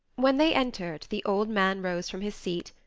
when they entered, the old man arose from his seat,